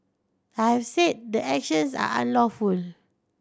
I have said the actions are unlawful